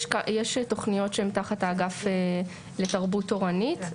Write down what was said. יש תוכניות שהן תחת האגף לתרבות תורנית.